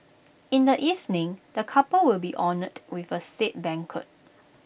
in the evening the couple will be honoured with A state banquet